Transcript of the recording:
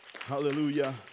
Hallelujah